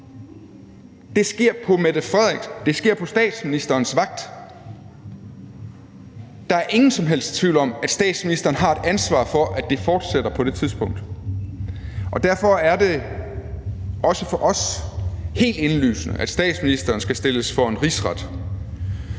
at slå minkene ned. Det sker på statsministerens vagt. Der er ingen som helst tvivl om, at statsministeren har et ansvar for, at det fortsætter på det tidspunkt. Derfor er det også for os helt indlysende, at statsministeren skal stilles for en rigsret.